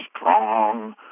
strong